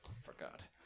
forgot